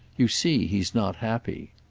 you see he's not happy.